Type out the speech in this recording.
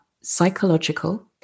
psychological